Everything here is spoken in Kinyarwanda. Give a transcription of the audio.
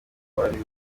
uwari